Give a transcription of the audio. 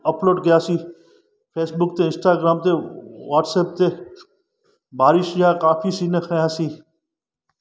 upload कयासीं Facebook ते Instagram ते व्हाटसप ते बारिश जा काफ़ी सीन खयासीं